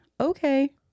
okay